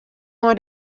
mei